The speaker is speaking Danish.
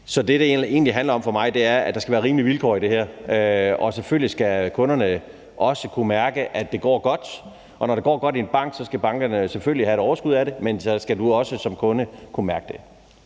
Så det, det egentlig handler om for mig, er, at der skal være rimelige vilkår i det her. Og selvfølgelig skal kunderne også kunne mærke, at det går godt. Når det går godt i bankerne, skal de selvfølgelig have et overskud af det, men så skal du også som kunde kunne mærke det.